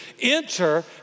enter